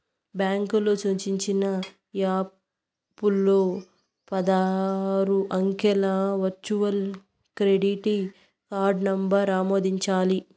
బాంకోల్లు సూచించిన యాపుల్ల పదారు అంకెల వర్చువల్ క్రెడిట్ కార్డు నంబరు ఆమోదించాలి